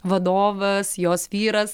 vadovas jos vyras